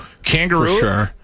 Kangaroo